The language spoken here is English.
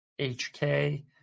HK